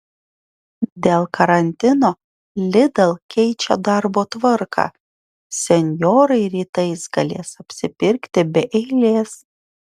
dėl karantino lidl keičia darbo tvarką senjorai rytais galės apsipirkti be eilės